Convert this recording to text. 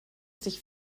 sich